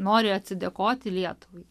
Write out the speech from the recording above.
nori atsidėkoti lietuvai